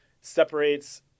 separates